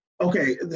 okay